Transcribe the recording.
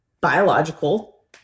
biological